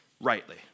rightly